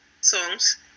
songs